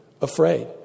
afraid